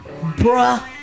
Bruh